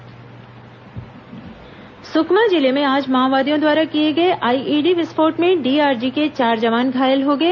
जवान घायल सुकमा जिले में आज माओवादियों द्वारा किए गए आईईडी विस्फोट में डीआरजी के चार जवान घायल हो गए